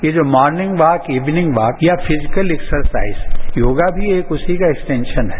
ये जो morning walk evening walk या फिजिकल एक्सरसाइज है योगा भी एक उसी का एक एक्सटेंशन है